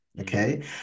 okay